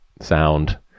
sound